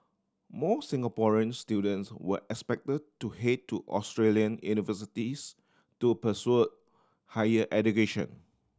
more Singaporean students were expect to head to Australian universities to pursue higher education